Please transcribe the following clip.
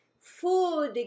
food